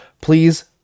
Please